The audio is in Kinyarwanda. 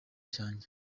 cyanjye